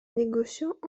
négociants